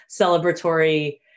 celebratory